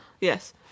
Yes